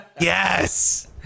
Yes